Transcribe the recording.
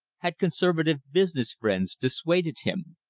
had conservative business friends dissuaded him?